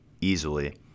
easily